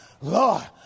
Lord